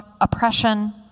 oppression